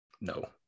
no